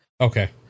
okay